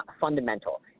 fundamental